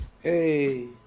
Hey